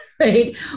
right